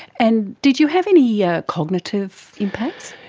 and did you have any yeah cognitive impacts?